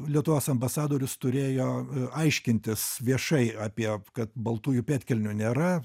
lietuvos ambasadorius turėjo aiškintis viešai apie kad baltųjų pėdkelnių nėra